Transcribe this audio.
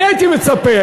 אני הייתי מצפה,